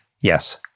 Yes